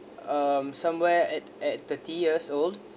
um somewhere at at thirty years old